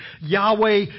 Yahweh